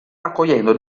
raccogliendo